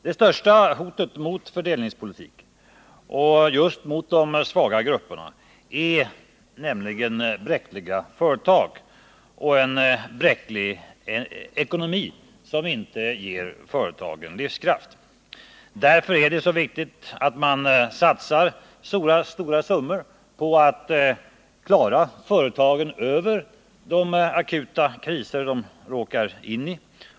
Det största hotet mot fördelningspolitiken och just mot de svaga grupperna är nämligen bräckliga företag och en bräcklig ekonomi som inte ger företagen livskraft. Därför är det så viktigt att man satsar stora summor på att klara företagen över de akuta kriser som de råkar in i.